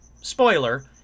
spoiler